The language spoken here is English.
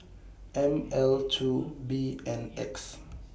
M L two B N X